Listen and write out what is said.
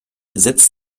setzt